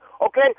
Okay